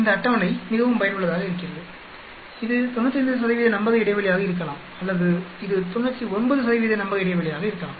இந்த அட்டவணை மிகவும் பயனுள்ளதாக இருக்கிறதுஇது 95 நம்பக இடைவெளியாக இருக்கலாம் அல்லது இது 99 நம்பக இடைவெளியாக இருக்கலாம்